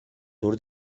sur